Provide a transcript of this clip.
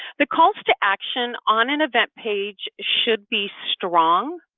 the calls to action on an event page should be strong,